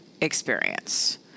experience